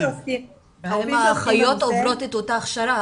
הרופאים שעוסקים בנושא --- האם האחיות עוברות את אותה הכשרה?